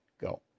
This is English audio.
Go